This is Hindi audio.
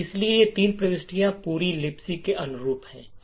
इसलिए ये तीनों प्रविष्टियां पूरी लिब्स के अनुरूप हैं